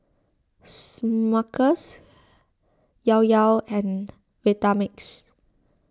Smuckers Llao Llao and Vitamix